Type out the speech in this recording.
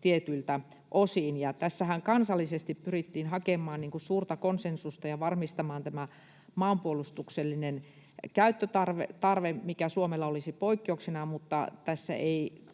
tietyiltä osin. Tässähän kansallisesti pyrittiin hakemaan suurta konsensusta ja varmistamaan tämä maanpuolustuksellinen käyttötarve, mikä Suomella olisi poikkeuksena, mutta tässä ei